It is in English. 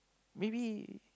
maybe